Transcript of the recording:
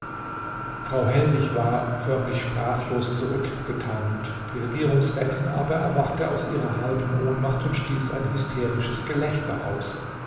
frau hellwig war förmlich sprachlos zurückgetaumelt die regierungsrätin aber erwachte aus ihrer halben ohnmacht und stieß ein hysterisches gelächter aus